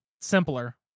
simpler